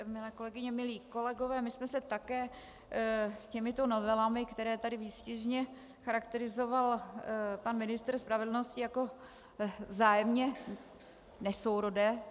Milé kolegyně, milí kolegové, my jsme se také těmito novelami, které tady výstižně charakterizoval pan ministr spravedlnosti jako vzájemně nesourodé...